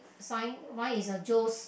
sign mine is a Joe's